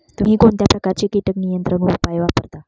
तुम्ही कोणत्या प्रकारचे कीटक नियंत्रण उपाय वापरता?